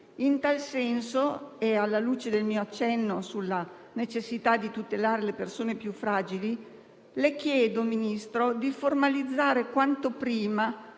In tal senso e alla luce del mio accenno sulla necessità di tutelare le persone più fragili, le chiedo, signor Ministro, di formalizzare quanto prima